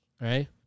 right